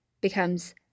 becomes